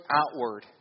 outward